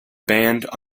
band